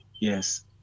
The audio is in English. Yes